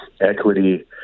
equity